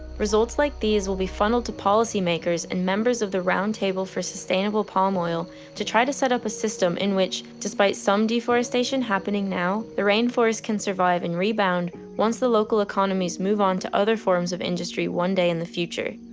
results like these will be funneled to policymakers and members of the round table for sustainable palm oil to try to set up a system in which despite some deforestation happening now, the rainforest can survive and rebound once the local economies move on to other forms ofiindustry one day in the future.